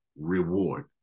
reward